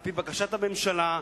על-פי בקשת הממשלה,